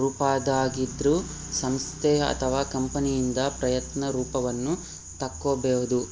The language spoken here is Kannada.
ರೂಪದಾಗಿದ್ರೂ ಸಂಸ್ಥೆ ಅಥವಾ ಕಂಪನಿಯಿಂದ ಪ್ರಯತ್ನ ರೂಪವನ್ನು ತಕ್ಕೊಬೋದು